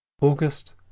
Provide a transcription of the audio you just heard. August